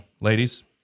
Ladies